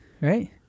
Right